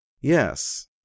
Yes